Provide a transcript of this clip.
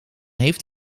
heeft